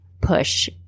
push